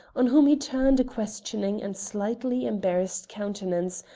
on whom he turned a questioning and slightly embarrassed countenance,